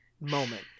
moment